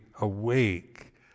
awake